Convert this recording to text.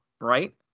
right